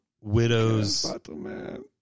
widow's